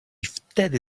wtedy